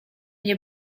nie